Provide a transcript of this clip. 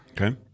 Okay